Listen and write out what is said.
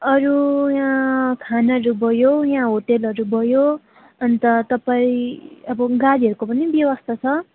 अरू यहाँ खानाहरू भयो यहाँ होटलहरू भयो अन्त तपाईँ अब गाडीहरूको पनि व्यवस्था छ